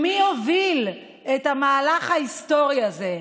חבר הכנסת אבו שחאדה,